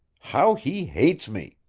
how he hates me!